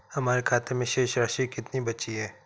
हमारे खाते में शेष राशि कितनी बची है?